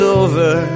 over